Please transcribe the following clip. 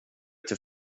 till